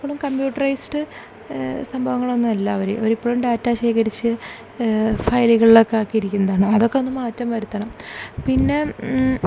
ഇപ്പോളും കമ്പ്യൂട്ടറൈസ്ഡ് സംഭവങ്ങൾ ഒന്നും ഇല്ല അവര് അവരിപ്പോഴും ഡാറ്റാ സ്വീകരിച്ച് ഫയലുകളിലൊക്കെ ആക്കിയിരിക്കുന്നതാണ് അതൊക്കെ ഒന്ന് മാറ്റം വരുത്തണം പിന്നെ